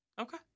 Okay